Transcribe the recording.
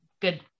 good